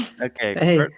okay